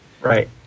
Right